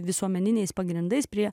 visuomeniniais pagrindais prie